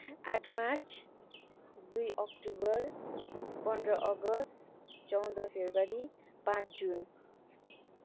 आठ मार्च दुई अक्टुोबर पन्ध्र अगस्त चौध फेब्रुअरी पाँच जुन